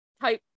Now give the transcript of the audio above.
type